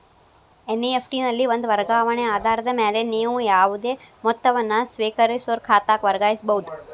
NEFT ನಲ್ಲಿ ಒಂದ ವರ್ಗಾವಣೆ ಆಧಾರದ ಮ್ಯಾಲೆ ನೇವು ಯಾವುದೇ ಮೊತ್ತವನ್ನ ಸ್ವೇಕರಿಸೋರ್ ಖಾತಾಕ್ಕ ವರ್ಗಾಯಿಸಬಹುದ್